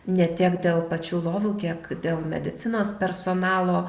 ne tiek dėl pačių lovų kiek dėl medicinos personalo